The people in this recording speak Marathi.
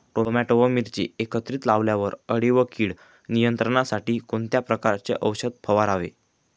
टोमॅटो व मिरची एकत्रित लावल्यावर अळी व कीड नियंत्रणासाठी कोणत्या प्रकारचे औषध फवारावे?